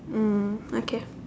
mm okay